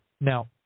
Now